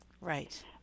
right